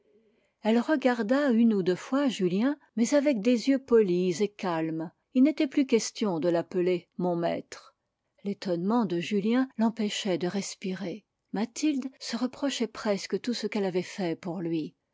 elle regarda une ou deux fois julien mais avec des yeux polis et calmes il n'était plus question de l'appeler mon maître l'étonnement de julien l'empêchait de respirer mathilde se reprochait presque tout ce qu'elle avait fait pour lui